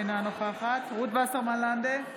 אינה נוכחת רות וסרמן לנדה,